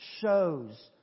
shows